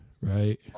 right